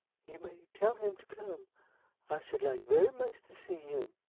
you may tell him to come i should like very much to see him,